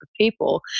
people